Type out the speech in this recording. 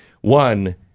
One